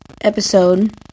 episode